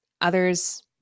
Others